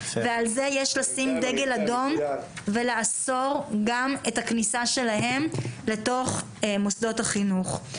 ועל זה יש לשים דגל אדום ולאסור גם את הכניסה שלהם לתוך מוסדות החינוך.